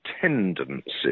tendencies